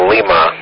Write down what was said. Lima